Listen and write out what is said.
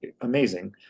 amazing